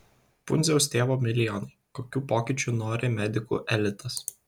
pundziaus tėvo milijonai kokių pokyčių nori medikų elitas